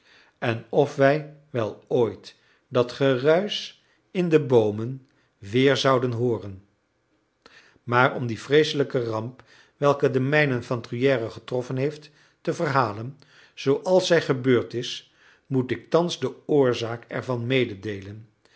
en of wij wel ooit dat geruisch in de boomen weer zouden hooren maar om die vreeselijke ramp welke de mijnen van truyère getroffen heeft te verhalen zooals zij gebeurd is moet ik thans de oorzaak ervan mededeelen